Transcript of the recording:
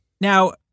Now